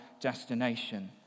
destination